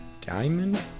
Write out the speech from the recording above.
Diamond